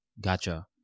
gotcha